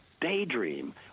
daydream